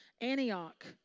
Antioch